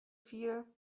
viel